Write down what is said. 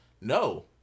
no